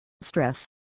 stress